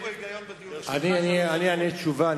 אני אענה תשובה.